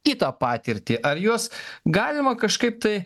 kitą patirtį ar juos galima kažkaip tai